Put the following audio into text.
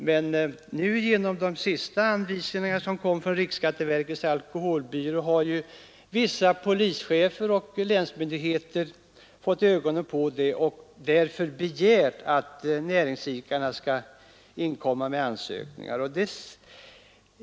Men genom de senaste anvisningarna från riksskatteverkets alkoholbyrå begärt att näringsidkarna skall inkomma med ansökningar.